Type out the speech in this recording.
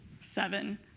seven